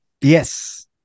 Yes